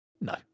no